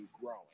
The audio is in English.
growing